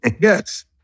Yes